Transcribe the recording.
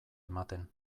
ematen